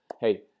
Hey